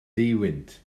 duwynt